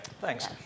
thanks